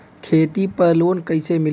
खेती पर लोन कईसे मिली?